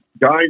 guys